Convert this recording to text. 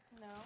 No